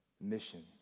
mission